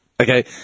Okay